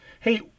hey